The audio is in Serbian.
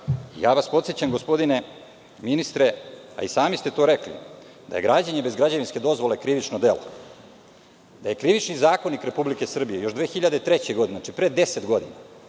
gradnju. Podsećam vas, gospodine ministre, a i sami ste to rekli, da je građenje bez građevinske dozvole krivično delo, da je Krivični zakonik Republike Srbije još 2003. godine, znači pre 10 godina,